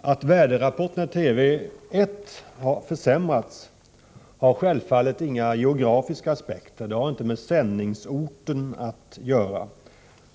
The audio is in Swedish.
att väderrapporteringen i TV 1 har försämrats har självfallet inga geografiska aspekter. Det har inte med sändningsorten att göra.